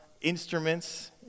instruments